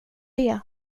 det